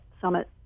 Summit